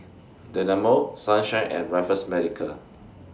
Dynamo Sunshine and Raffles Medical